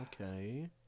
Okay